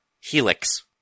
helix